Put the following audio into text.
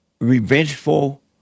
revengeful